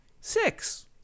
six